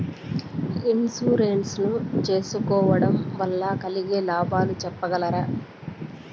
Insurance సేసుకోవడం వల్ల కలిగే లాభాలు సెప్పగలరా?